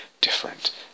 different